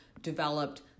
developed